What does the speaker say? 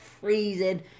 freezing